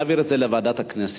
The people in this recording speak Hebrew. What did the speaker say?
נעביר את זה לוועדת הכנסת,